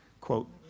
quote